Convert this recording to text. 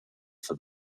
for